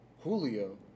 Julio